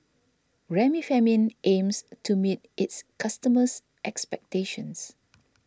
Remifemin aims to meet its customers' expectations